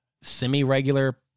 semi-regular